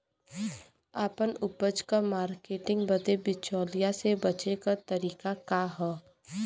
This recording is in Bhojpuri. आपन उपज क मार्केटिंग बदे बिचौलियों से बचे क तरीका का ह?